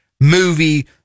movie